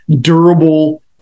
durable